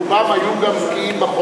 אין נמנעים.